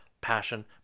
passion